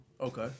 Okay